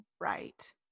Right